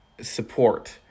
support